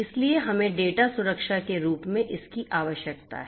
इसलिए हमें डेटा सुरक्षा के रूप में इसकी आवश्यकता है